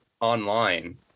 online